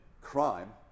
crime